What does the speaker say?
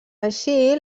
així